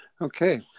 Okay